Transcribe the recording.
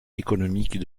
économiques